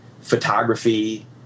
photography